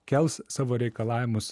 kels savo reikalavimus